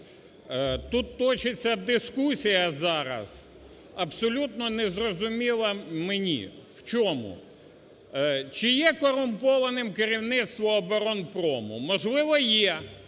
Тут точиться дискусія зараз, абсолютно незрозуміла мені в чому? Чи є корумпованим керівництво оборонпрому? Можливо, є